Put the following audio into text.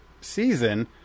season